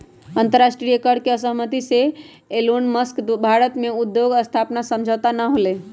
अंतरराष्ट्रीय कर पर असहमति से एलोनमस्क द्वारा भारत में उद्योग स्थापना समझौता न होलय